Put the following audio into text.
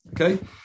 okay